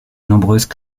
nombreuses